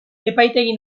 epaitegi